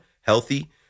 Healthy